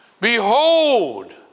Behold